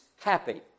happy